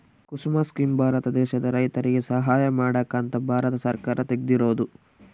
ಕುಸುಮ scheme Bharat ದೇಶದ ರೈತರಿಗೆ ಸಹಾಯ ಮಾಡಕ ಅಂತ ಭಾರತ ಸರ್ಕಾರ ತೆಗ್ದಿರೊದು